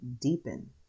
deepen